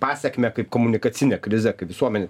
pasekmę kaip komunikacinė krizė kai visuomenė